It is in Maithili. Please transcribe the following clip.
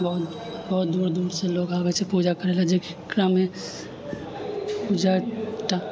बहुत बहुत दूर दूरसँ लोग आबै छै पूजा करय लेल जेकि एकरामे